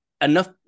Enough